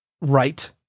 right